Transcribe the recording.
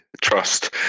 trust